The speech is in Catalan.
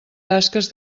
tasques